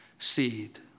Seed